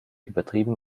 übertrieben